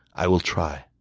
i will try.